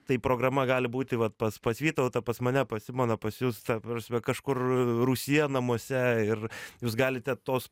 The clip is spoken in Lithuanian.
tai programa gali būti vat pas pas vytautą pas mane pas simoną pas jus ta prasme kažkur rūsyje namuose ir jūs galite tos